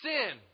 Sin